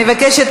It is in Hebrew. אני מבקשת,